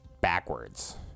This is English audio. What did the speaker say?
backwards